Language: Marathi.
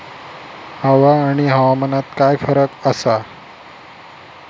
हवा आणि हवामानात काय फरक असा?